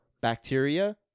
bacteria